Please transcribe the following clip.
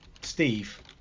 Steve